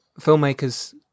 filmmakers